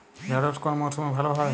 ঢেঁড়শ কোন মরশুমে ভালো হয়?